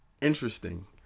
interesting